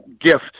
gift